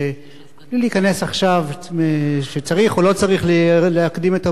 בלי להיכנס עכשיו אם צריך או לא צריך להקדים את הבחירות,